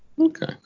Okay